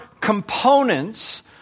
components